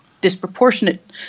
disproportionate